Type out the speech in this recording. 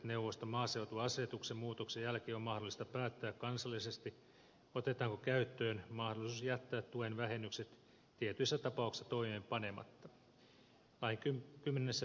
neuvoston maaseutuasetuksen muutoksen jälkeen on mahdollista päättää kansallisesti otetaanko käyttöön tällainen mahdollisuus jättää tuen vähennykset tietyissä tapauksissa toimeenpanematta